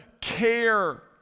care